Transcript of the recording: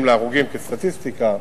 אם מתייחסים להרוגים כסטטיסטיקה,